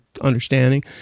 understanding